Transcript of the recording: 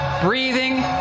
breathing